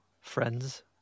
friends